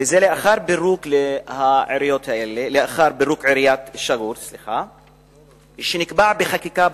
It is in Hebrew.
וזה לאחר פירוק עיריית אל-שגור שנקבע בחקיקה בכנסת.